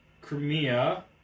Crimea